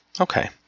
Okay